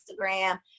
instagram